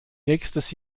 nächstes